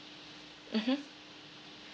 mmhmm